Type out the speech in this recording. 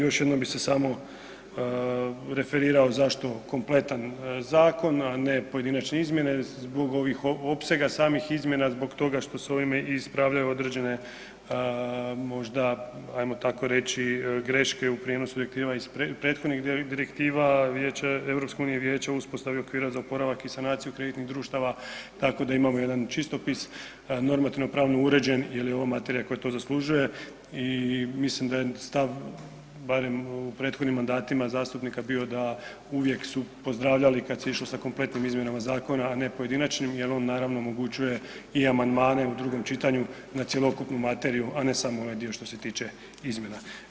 Još jednom bi se samo referirao zašto kompletan zakon, a ne pojedinačne izmjene, zbog ovih opsega samih izmjena, zbog toga što se ovime ispravljaju određene možda ajmo tako reći greške u prijenosu … iz prethodnih Direktiva EU parlamenta i Vijeća o uspostavi okvira za oporavak i sanaciju kreditnih društava tako da imamo jedan čistopis, normativno pravno uređen jer je ovo materija koja to zaslužuje i mislim da je stav barem u prethodnim mandatima zastupnika bio da uvijek su pozdravljali kada se išlo sa kompletnim izmjenama zakona, a ne pojedinačnim jel on omogućuje i amandmane u drugom čitanju na cjelokupnu materiju, a ne samo onaj dio što se tiče izmjena.